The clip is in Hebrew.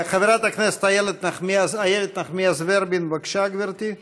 חברת הכנסת איילת נחמיאס ורבין, בבקשה, גברתי.